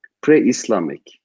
pre-Islamic